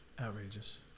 Outrageous